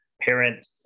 parent